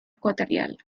ecuatorial